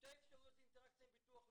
שתי אפשרויות לאינטראקציה עם ביטוח לאומי.